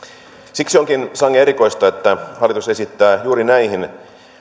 siksi onkin sangen erikoista että hallitus esittää juuri näihin